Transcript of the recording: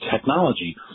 technology